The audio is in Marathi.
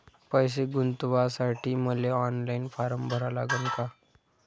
पैसे गुंतवासाठी मले ऑनलाईन फारम भरा लागन का?